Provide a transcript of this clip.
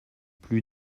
plus